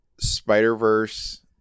Spider-Verse